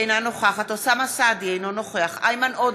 אינה נוכחת אוסאמה סעדי, אינו נוכח איימן עודה,